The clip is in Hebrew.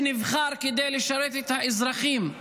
שנבחר כדי לשרת את האזרחים,